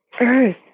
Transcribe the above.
earth